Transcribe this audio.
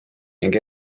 ning